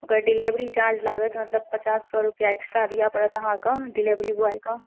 ओकर delivery charge लागत मतलब पचास सए रुपैआ एक्स्ट्रा दिय परत अहाँके डीलेवरी बॉयक